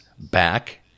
back